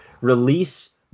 Release